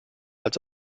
als